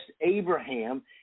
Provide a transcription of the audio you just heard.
Abraham